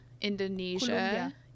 Indonesia